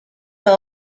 los